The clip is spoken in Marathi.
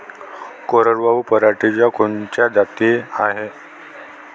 कोरडवाहू पराटीच्या कोनच्या जाती हाये?